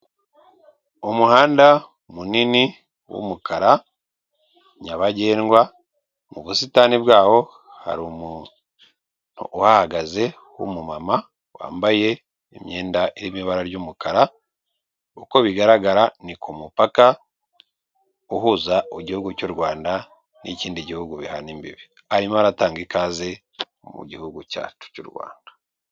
Umuhanda munini w'umukara nyabagendwa, mu busitani bwaho hari umuntu uhagaze w'umumama wambaye imyenda rino ibara ry'umukara, uko bigaragara ni ku mupaka uhuza igihugu cy'u Rwanda n'ikindi gihugu bihana imbibi, arimo aratanga ikaze mu gihugu cyacu cy'u Rwanda.